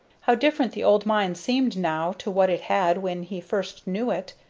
how different the old mine seemed now to what it had when he first knew it!